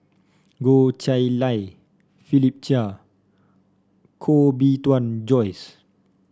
Goh Chiew Lye Philip Chia Koh Bee Tuan Joyce